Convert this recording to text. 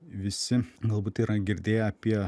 visi galbūt yra girdėję apie